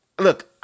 look